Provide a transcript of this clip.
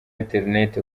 internet